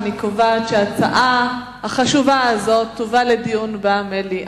אני קובעת שההצעה החשובה הזאת תובא לדיון במליאה.